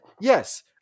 yes